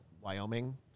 Wyoming